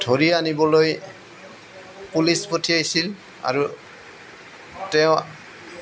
ধৰি আনিবলৈ পুলিচ পঠিয়াইছিল আৰু তেওঁ